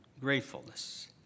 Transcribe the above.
gratefulness